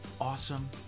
awesome